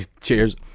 Cheers